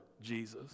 Jesus